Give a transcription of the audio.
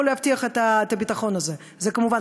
רק שני דברים יכולים להבטיח את הביטחון הזה: כמובן,